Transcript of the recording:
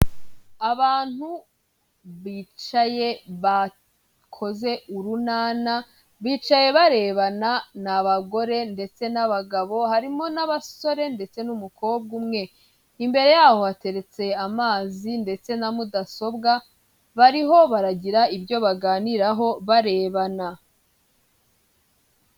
Abantu bicaye bakoze urunana, bicaye barebana, ni abagore ndetse n'abagabo harimo n'abasore, ndetse n'umukobwa umwe. Imbere yaho hateretse amazi ndetse na mudasobwa, bariho baragira ibyo baganiraho barebana.